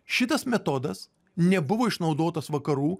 šitas metodas nebuvo išnaudotas vakarų